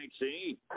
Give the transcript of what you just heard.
see